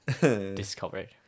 Discovered